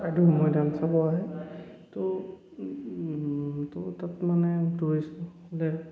চৰাইদেও মৈদাম চাব আহে তো তো তাত মানে টুৰিষ্টবিলাক